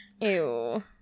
ew